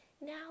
now